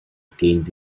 gained